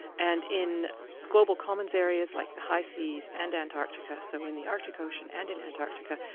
and in global commons areas, like the high seas and antarctica, so in the arctic ocean and in antarctica,